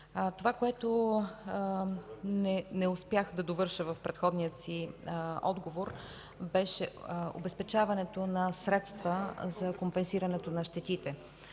Това, което не успях да довърша в предходния си отговор, беше обезпечаването на средства за компенсирането на щетите.